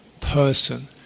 person